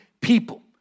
people